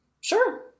Sure